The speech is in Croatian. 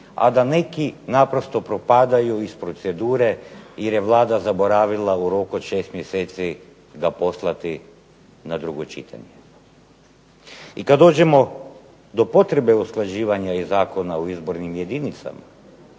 a da neki naprosto propadaju iz procedure jer je Vlada zaboravila u roku šest mjeseci ga poslati na drugo čitanje. I Kada dođemo do potrebe usklađivanja Zakona o izbornim jedinicama,